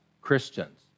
Christians